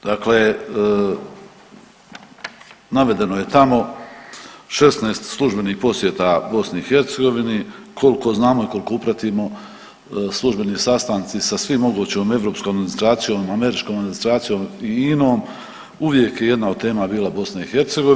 Dakle, navedeno je tamo 16 službenih posjeta BiH, koliko znamo i koliko upratimo službeni sastanci sa svim mogućom europskom administracijom, američkom administracijom i inom uvijek je jedna od tema bila BiH.